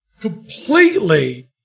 completely